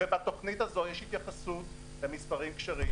ובתכנית הזאת יש התייחסות למספרים כשרים,